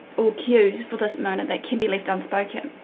or cues for this moment that can be left unspoken.